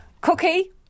cookie